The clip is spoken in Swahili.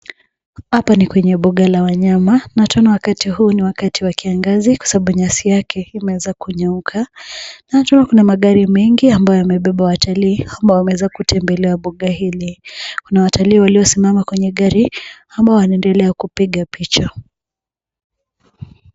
Hapa ni kwenye mbuga la wanyama na tena wakati huu ni wakati wa kiangazi kwa sababu nyasi yake iamenza kunyauka. Na kuna magari mengi ambayo yamebeba watalii amabao wameweza kutebelea mbuga hili. Kuna watalii waliosimama kwenye gari ambao wanaendelea kupiga picha.